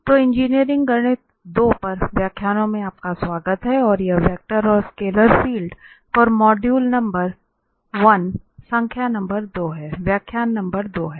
तो इंजीनियरिंग गणित 2 पर व्याख्यानों में आपका स्वागत है और यह वेक्टर और स्केलर फील्ड पर मॉड्यूल नंबर एक व्याख्यान नंबर दो है